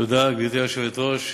תודה, גברתי היושבת-ראש.